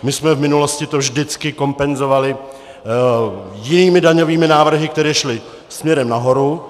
My jsme to v minulosti vždycky kompenzovali jinými daňovými návrhy, které šly směrem nahoru.